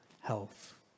health